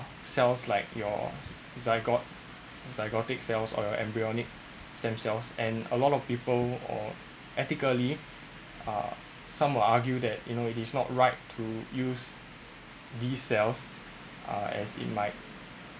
cells like your zygotes zygotic cells or your embryonic stem cells and a lot of people or ethically uh some will argue that you know it is not right to use these cells uh as it might